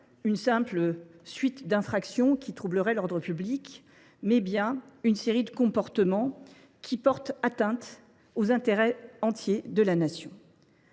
une simple suite d'infraction qui troublerait l'ordre public, mais bien une série de comportements qui portent atteinte aux intérêts entiers de la Nation.